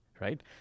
right